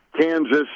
Kansas